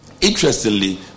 Interestingly